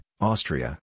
Austria